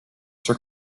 sir